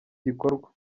gikorwa